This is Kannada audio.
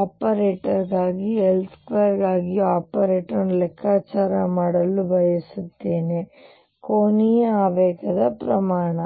ಆಪರೇಟರ್ ಗಾಗಿ L2 ಗಾಗಿ ಆಪರೇಟರ್ ಅನ್ನು ಲೆಕ್ಕಾಚಾರ ಮಾಡಲು ಬಯಸುತ್ತೇನೆ ಕೋನೀಯ ಆವೇಗದ ಪ್ರಮಾಣ